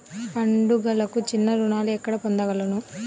పండుగలకు చిన్న రుణాలు ఎక్కడ పొందగలను?